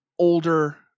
older